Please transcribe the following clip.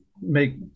make